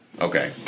Okay